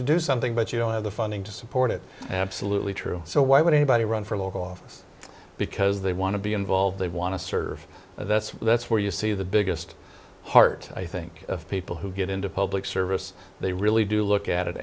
to do something but you don't have the funding to support it absolutely true so why would anybody run for local office because they want to be involved they want to serve that's that's where you see the biggest heart i think of people who get into public service they really do look at it